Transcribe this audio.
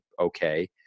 okay